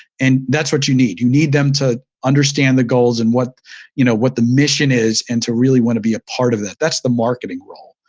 and that's what you need. you need them to understand the goals and what you know what the mission is and to really want to be a part of it. that's the marketing role.